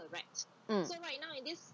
mm